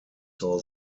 saw